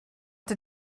did